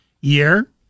year